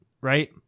Right